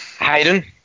Hayden